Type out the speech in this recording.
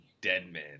Deadman